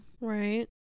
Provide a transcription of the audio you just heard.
Right